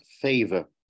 favor